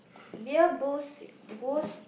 beer booze boost